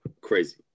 crazy